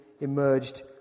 emerged